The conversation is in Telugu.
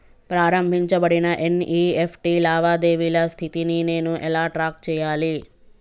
ప్రారంభించబడిన ఎన్.ఇ.ఎఫ్.టి లావాదేవీల స్థితిని నేను ఎలా ట్రాక్ చేయాలి?